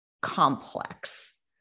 complex